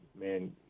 man